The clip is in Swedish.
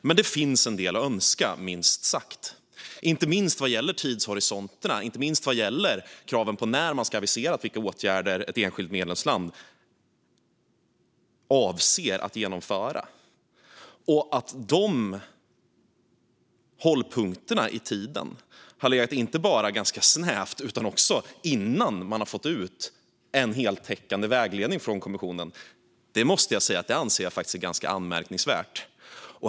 Det finns minst sagt en del att önska, inte minst vad gäller tidshorisonterna och kraven på när ett enskilt medlemsland ska ha aviserat vilka åtgärder man avser att genomföra. De hållpunkterna i tiden har inte bara legat ganska snävt, utan också innan man fått ut en heltäckande vägledning från kommissionen. Jag måste säga att jag anser det ganska anmärkningsvärt.